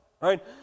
right